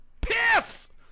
piss